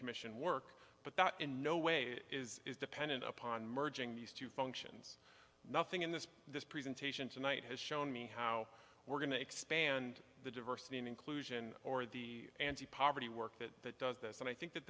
commission work but that in no way is dependent upon merging these two functions nothing in this this presentation tonight has shown me how we're going to expand the diversity and inclusion or the anti poverty work that does this and i think that